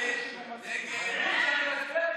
ההצעה להעביר